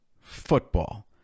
football